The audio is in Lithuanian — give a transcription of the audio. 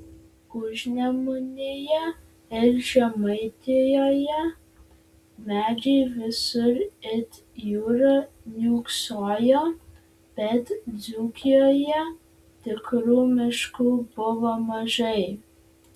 užnemunėje ir žemaitijoje medžiai visur it jūra niūksojo bet dzūkijoje tikrų miškų buvo mažai